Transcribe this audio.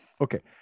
okay